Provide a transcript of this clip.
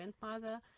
grandmother